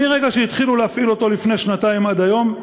מרגע שהתחילו להפעיל אותו לפני שנתיים ועד היום,